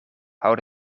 houdt